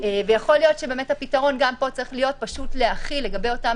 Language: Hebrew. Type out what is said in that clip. ויכול להיות שבאמת הפתרון גם פה צריך להיות פשוט להחיל לגבי אותם